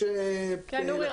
יש לקוחות -- כן אורי,